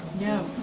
yeah,